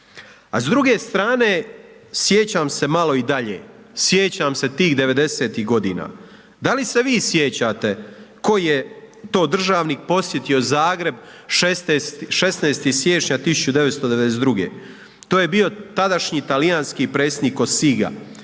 A s druge strane sjećam se malo i dalje, sjećam se tih '90. godina, da li se vi sjećate koji je to državnik posjetio Zagreb 16. siječnja 1992., to je bio tadašnji talijanski predsjednik Kosiga,